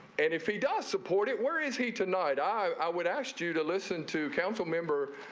and if he does support it worries he tonight i i would ask you to listen to council member.